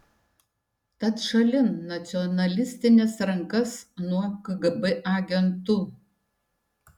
tad šalin nacionalistines rankas nuo kgb agentų